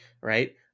right